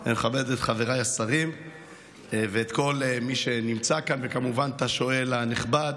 אני מכבד את חבריי השרים ואת כל מי שנמצא כאן וכמובן את השואל הנכבד.